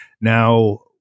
Now